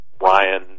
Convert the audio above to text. Ryan